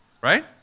Right